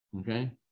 okay